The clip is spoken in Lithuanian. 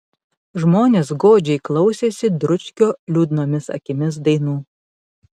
žmonės godžiai klausėsi dručkio liūdnomis akimis dainų